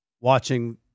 watching